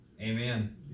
amen